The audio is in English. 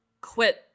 quit